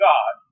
God